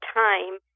time